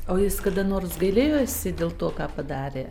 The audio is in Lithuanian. o jis kada nors gailėjosi dėl to ką padarė